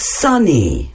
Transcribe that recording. sunny